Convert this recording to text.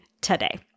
today